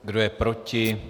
Kdo je proti?